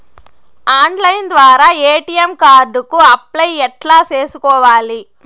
Online ద్వారా ATM card కు apply ఎట్లా సేసుకోవాలి?